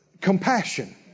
compassion